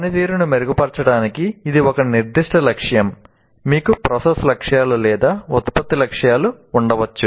పనితీరును మెరుగుపరచడానికి ఇది ఒక నిర్దిష్ట లక్ష్యం మీకు ప్రాసెస్ లక్ష్యాలు లేదా ఉత్పత్తి లక్ష్యాలు ఉండవచ్చు